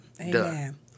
Amen